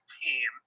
team